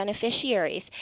beneficiaries